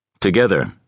Together